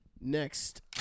Next